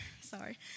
Sorry